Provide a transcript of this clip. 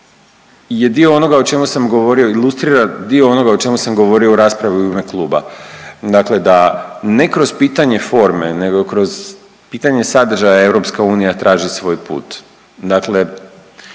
je dio onoga o čemu sam govorio, ilustrira dio onoga o čemu sam govorio u raspravi u ime kluba, dakle da ne kroz pitanje forme nego kroz pitanje sadržaja EU traži svoj put, dakle